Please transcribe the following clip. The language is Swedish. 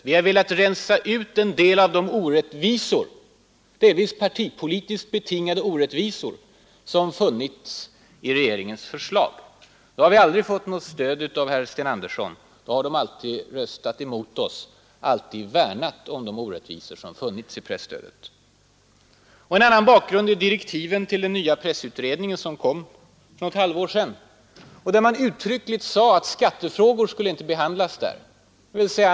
Vi har velat rensa ut en del av de — delvis partipolitiskt betingade — orättvisor som funnits i regeringens förslag. Då har vi aldrig fått något stöd av herr Sten Andersson. Då har socialdemokraterna alltid röstat emot oss, alltid värnat om de orättvisor som funnits i presstödet. En annan bakgrund är direktiven till den nya pressutredningen som kom för något halvår sedan. Där säger man uttryckligen att skattefrågor inte skall behandlas av utredningen.